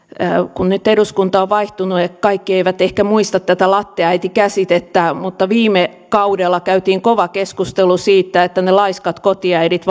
kun nyt eduskunta on vaihtunut kaikki eivät ehkä muista tätä latteäiti käsitettä mutta viime kaudella käytiin kova keskustelu siitä että ne laiskat kotiäidit